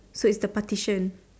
so it's the partition